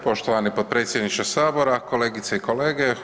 Poštovani potpredsjedniče sabora, kolegice i kolege.